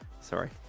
Sorry